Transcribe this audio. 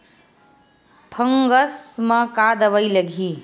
Fungus म का दवाई लगी?